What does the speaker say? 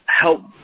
help